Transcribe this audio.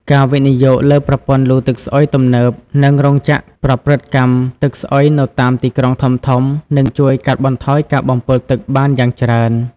ការវិនិយោគលើប្រព័ន្ធលូទឹកស្អុយទំនើប និងរោងចក្រប្រព្រឹត្តកម្មទឹកស្អុយនៅតាមទីក្រុងធំៗ នឹងជួយកាត់បន្ថយការបំពុលទឹកបានយ៉ាងច្រើន។